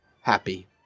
happy